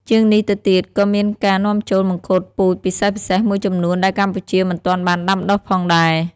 ជាងនេះទៅទៀត ក៏មានការនាំចូលមង្ឃុតពូជពិសេសៗមួយចំនួនដែលកម្ពុជាមិនទាន់បានដាំដុះផងដែរ។